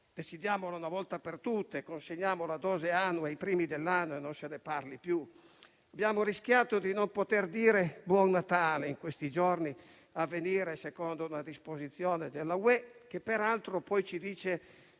decidiamolo una volta per tutte: consegniamo la dose annua ai primi dell'anno e non se ne parli più. Abbiamo rischiato di non poter dire "buon Natale" in questi giorni, secondo una disposizione della UE, che peraltro poi ci dice